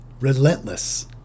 relentless